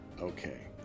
Okay